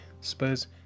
spurs